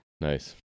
Nice